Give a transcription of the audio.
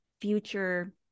future